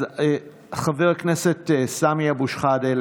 חבר הכנסת סמי אבו שחאדה,